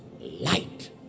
light